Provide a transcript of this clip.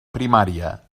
primària